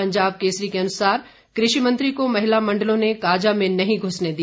पंजाब केसरी के अनुसार कृषि मंत्री को महिला मंडलों ने काजा में नहीं घुसने दिया